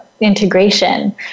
integration